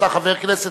שאתה חבר כנסת,